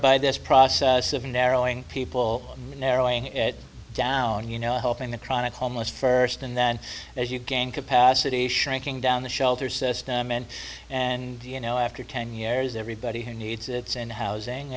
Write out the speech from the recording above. by this process of narrowing people narrowing it down you know helping the chronic homeless first and then as you gain capacity shrinking down the shelter system and and you know after ten years everybody who needs it's and housing